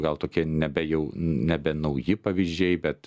gal tokie nebe jau nebe nauji pavyzdžiai bet